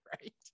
right